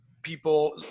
people